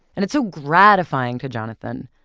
and it's so gratifying to jonathan,